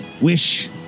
wish